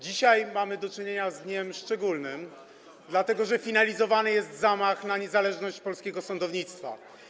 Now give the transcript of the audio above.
Dzisiaj mamy do czynienia z dniem szczególnym, dlatego że finalizowany jest zamach na niezależność polskiego sądownictwa.